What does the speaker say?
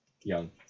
young